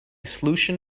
solution